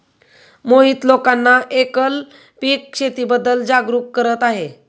मोहित लोकांना एकल पीक शेतीबद्दल जागरूक करत आहे